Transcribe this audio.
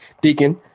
Deacon